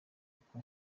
uko